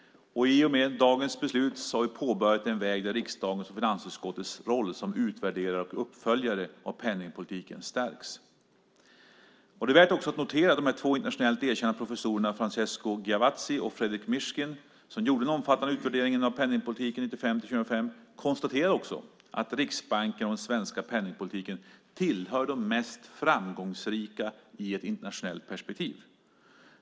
I och med detta har vi påbörjat en väg där riksdagens och finansutskottets roll som utvärderare och uppföljare av penningpolitiken stärks. Det är också värt att notera att de två internationellt erkända professorerna Francesco Giavazzi och Frederic Mishkin, som gjorde en omfattande utvärdering av penningpolitiken 1995-2005, konstaterade att Riksbanken och den svenska penningpolitiken tillhör de mest framgångsrika i ett internationellt perspektiv.